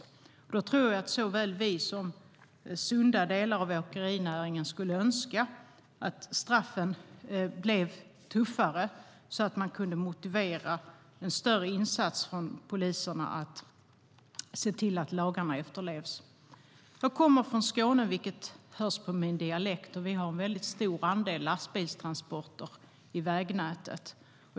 Liksom vi tror jag att sunda delar av åkerinäringen önskar att straffen blir tuffare så att man kan motivera en större polisinsats för att lagarna ska efterlevas. Jag kommer från Skåne, vilket hörs på min dialekt. Vi har en stor andel lastbilstransporter i vägnätet.